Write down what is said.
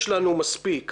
יש לנו מספיק.